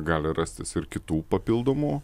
gali rastis ir kitų papildomų